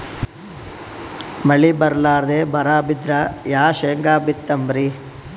ಮಳಿ ಬರ್ಲಾದೆ ಬರಾ ಬಿದ್ರ ಯಾ ಶೇಂಗಾ ಬಿತ್ತಮ್ರೀ?